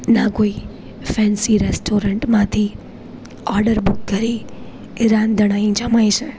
ન કોઈ ફેન્સી રેસ્ટોરન્ટમાંથી ઓડર બુક કરી એ રાંધણાઈ જમાય છે